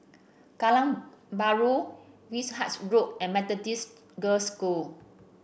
Geylang Bahru Wishart Road and Methodist Girls' School